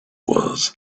was